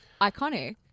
Iconic